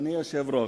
אדוני היושב-ראש,